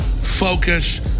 focus